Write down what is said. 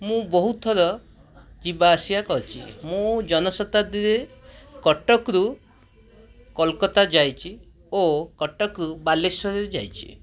ମୁଁ ବହୁତଥର ଯିବା ଆସିବା କରିଛି ମୁଁ ଜନଶତାବ୍ଦୀରେ କଟକରୁ କୋଲକତା ଯାଇଛି ଓ କଟକରୁ ବାଲେଶ୍ବର ଯାଇଛି